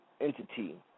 entity